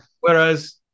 Whereas